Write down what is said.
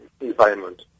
environment